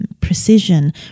precision